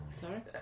Sorry